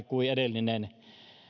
kuin edellinen